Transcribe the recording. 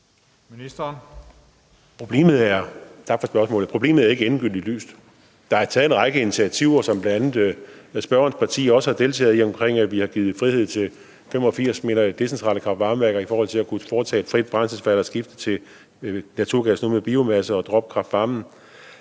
Tak for spørgsmålet. Problemet er ikke endegyldigt løst. Der er taget en række initiativer, som bl.a. spørgerens parti også har deltaget i, hvor vi har givet frihed til 85, mener jeg det er, decentrale kraft-varme-værker, så de kan foretage et frit brændselsvalg og skifte til naturgas, nu med biomasse, og droppe kraft-varmen.